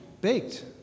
baked